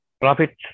profit